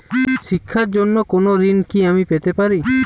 শিক্ষার জন্য কোনো ঋণ কি আমি পেতে পারি?